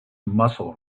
mussel